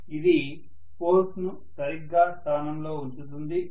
ఇది పోల్స్ ను సరిగ్గా స్థానంలో ఉంచుతుంది